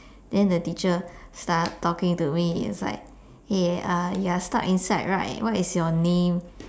then the teacher start talking to me is like hey uh you are stuck inside right what is your name